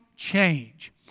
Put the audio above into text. change